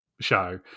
show